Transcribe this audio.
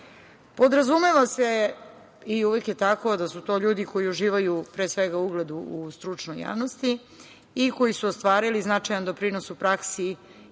Podrazumeva se i uvek je tako, da su to ljudi koji uživaju, pre svega, u ugledu u stručnoj javnosti i koji su ostvarili značajan doprinos u praksi